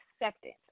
acceptance